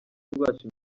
rwacu